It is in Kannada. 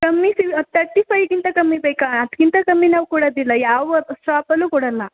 ಕಮ್ಮಿ ಸಿಗ ತರ್ಟಿ ಫೈಗಿಂತ ಕಮ್ಮಿ ಬೇಕಾ ಅದಕ್ಕಿಂತ ಕಮ್ಮಿ ನಾವು ಕೊಡೋದಿಲ್ಲ ಯಾವ ಶೋಪಲ್ಲು ಕೊಡೊಲ್ಲ